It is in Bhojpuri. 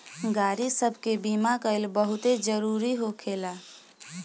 गाड़ी सब के बीमा कइल बहुते जरूरी होखेला